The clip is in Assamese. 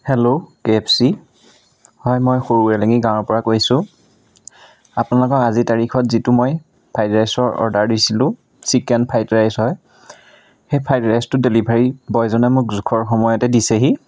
হেল্ল' কে এফ চি হয় মই সৰু এলেঙি গাঁৱৰপৰা কৈছোঁ আপোনালোকক আজি তাৰিখত যিটো মই ফ্ৰাইড ৰাইচৰ অৰ্ডাৰ দিছিলোঁ চিকেন ফ্ৰাইড ৰাইচ হয় সেই ফ্ৰাইড ৰাইচটোৰ ডেলিভাৰী বয়জনে মোক জোখৰ সময়তে দিছেহি